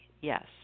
yes